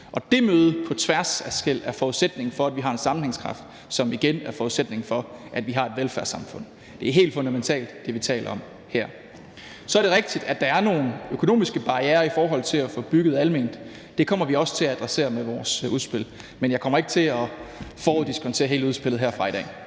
og det møde på tværs af skel er forudsætningen for, at vi har en sammenhængskraft, som igen er forudsætning for, at vi har et velfærdssamfund. Det, vi taler om her, er helt fundamentalt. Så er det rigtigt, at der er nogle økonomiske barrierer i forhold til at få bygget alment, og det kommer vi også til at adressere med vores udspil, men jeg kommer ikke til at foruddiskontere hele udspillet herfra i dag.